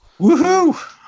woohoo